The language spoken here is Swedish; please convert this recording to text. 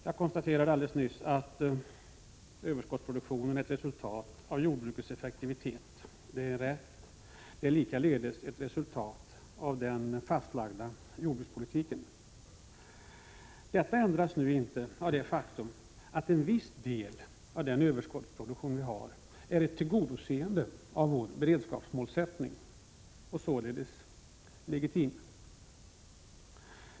Jag konstaterade alldeles nyss att överskottsproduktionen är ett resultat av jordbrukets effektivitet. Den är likaledes ett resultat av den fastlagda jordbrukspolitiken. Detta ändras inte av det faktum att en viss del av överskottsproduktionen är ett tillgodoseende av vår beredskapsmålsättning — den är således legitim.